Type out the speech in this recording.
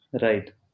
Right